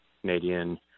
Canadian